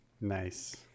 Nice